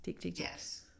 Yes